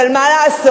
אבל מה לעשות,